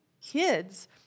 kids